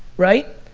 right.